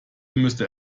müsste